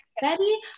Betty